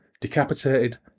Decapitated